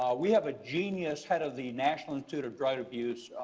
um we have a genius head of the national institute of drug abuse,